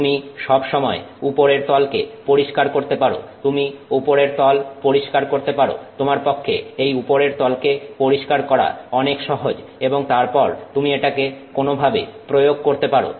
তুমি সব সময় উপরের তলকে পরিষ্কার করতে পারো তুমি উপরের তল পরিষ্কার করতে পারো তোমার পক্ষে এই উপরের তলকে পরিষ্কার করা অনেক সহজ এবং তারপর তুমি এটাকে কোনোভাবে প্রয়োগ করতে পারো